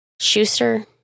Schuster